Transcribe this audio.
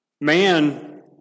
Man